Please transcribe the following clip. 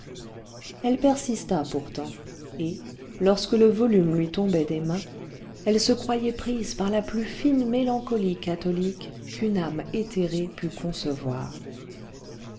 elle persista pourtant et lorsque le volume lui tombait des mains elle se croyait prise par la plus fine mélancolie catholique qu'une âme éthérée pût concevoir